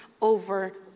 over